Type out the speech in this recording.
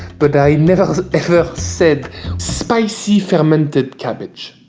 but i never ever said spicy fermented cabbage.